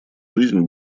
жизнь